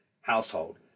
household